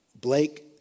Blake